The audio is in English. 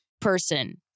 person